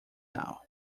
now